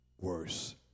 worse